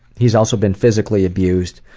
he's also been physically abused.